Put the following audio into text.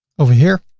over here,